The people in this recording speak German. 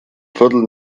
viertel